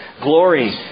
glory